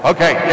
Okay